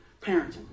Parenting